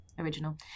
original